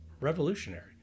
revolutionary